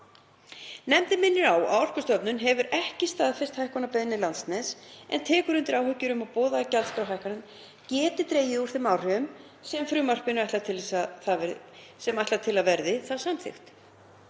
Nefndin minnir á að Orkustofnun hefur ekki staðfest hækkunarbeiðni Landsnets en tekur undir áhyggjur um að boðaðar gjaldskrárhækkanir geti dregið úr þeim áhrifum sem frumvarpinu er ætlað að hafa verði það samþykkt.